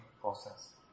process